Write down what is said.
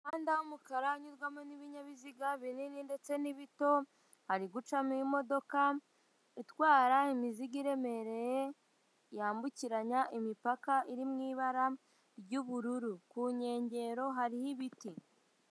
Umuhanda w'umukara unyuzwamo n'ibinyabiziga binini ndetse n'ibito, hari gucamo imodoka itwara imizigo iremereye yambukiranya imipaka iri mu ibara ry'ubururu ku nkengero hariho ibiti.